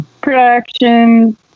production